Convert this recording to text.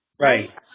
Right